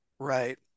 Right